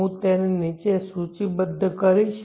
હું તે નીચે સૂચિબદ્ધ કરીશ